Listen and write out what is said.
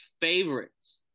favorites